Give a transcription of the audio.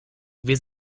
wir